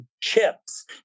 chips